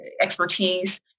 expertise